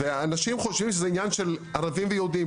ואנשים חושבים שזה עניין של ערבים ויהודים,